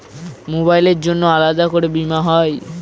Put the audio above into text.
মোবাইলের জন্য আলাদা করে বীমা হয়?